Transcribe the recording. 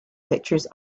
pictures